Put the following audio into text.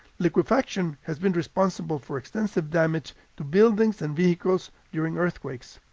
liquefaction has been responsible for extensive damage to buildings and vehicles during earthquakes.